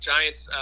Giants